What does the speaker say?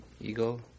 eagle